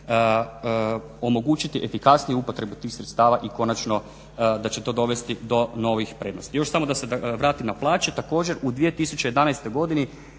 omogućiti efikasniju upotrebu tih sredstava i konačno da će to dovesti do novih prednosti. Još samo da se vratim na plaće. Također u 2011. godini